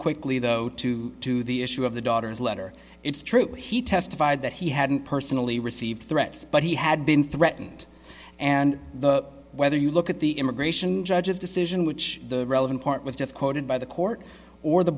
quickly though to to the issue of the daughter's letter it's true he testified that he hadn't personally received threats but he had been threatened and the whether you look at the immigration judge's decision which the relevant part was just quoted by the court or the